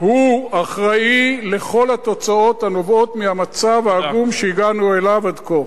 הוא אחראי לכל התוצאות הנובעות מהמצב העגום שהגענו אליו עד כה.